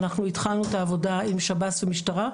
אנחנו התחלנו את העבודה עם שב"ס ומשטרה,